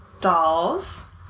dolls